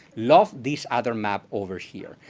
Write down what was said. love this other map over here.